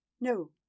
No